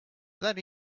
that